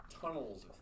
tunnels